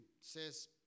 says